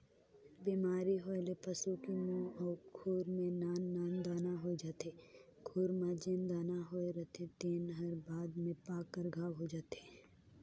बेमारी होए ले पसू की मूंह अउ खूर में नान नान दाना होय जाथे, खूर म जेन दाना होए रहिथे तेन हर बाद में पाक कर घांव हो जाथे